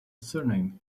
surname